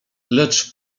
lecz